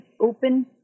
open